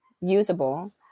usable